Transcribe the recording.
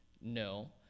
No